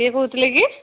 କିଏ କହୁଥିଲେ କି